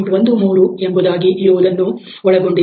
13 ಎಂಬುದಾಗಿ ಇರುವುದನ್ನು ಒಳಗೊಂಡಿದೆ